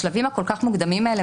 בשלבים הכול כך מוקדמים האלה,